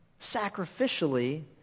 sacrificially